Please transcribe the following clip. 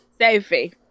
Sophie